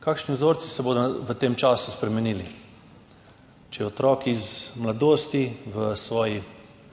Kakšni vzorci se bodo v tem času spremenili? Če je otrok iz mladosti, iz svojih